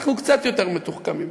אנחנו קצת יותר מתוחכמים.